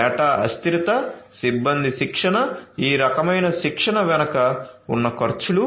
data అస్థిరత సిబ్బంది శిక్షణ ఈ రకమైన శిక్షణ వెనుక ఉన్న ఖర్చులు